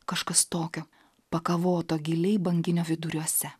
kažkas tokio pakavoto giliai banginio viduriuose